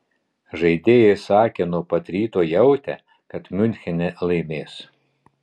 žaidėjai sakė nuo pat ryto jautę kad miunchene laimės